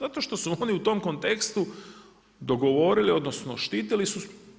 Zato što su oni u tom kontekstu dogovorili, odnosno štitili su.